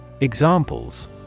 Examples